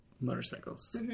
Motorcycles